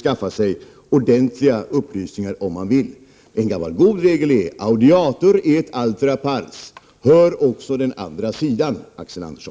skaffa sig ordentliga upplysningar om man vill. En gammal god regel är audiatur et altera pars, hör också den andra sidan, Axel Andersson.